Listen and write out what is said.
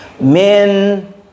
Men